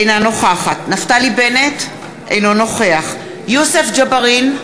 אינה נוכחת נפתלי בנט, אינו נוכח יוסף ג'בארין,